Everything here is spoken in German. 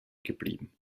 geblieben